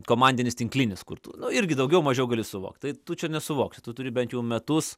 komandinis tinklinis kur tu nu irgi daugiau mažiau gali suvokt tai tu čia nesuvoksi tu turi bent jau metus